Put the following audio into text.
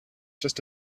just